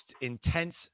intense